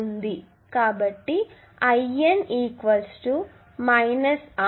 కాబట్టి IN I1I2